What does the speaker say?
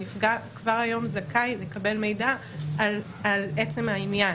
הנפגע כבר היום זכאי לקבל מידע על עצם העניין.